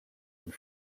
and